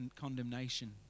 condemnation